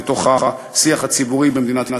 לשיח הציבורי במדינת ישראל.